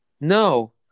No